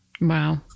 Wow